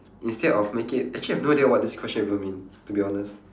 instead of making it actually I have no idea what this question even mean to be honest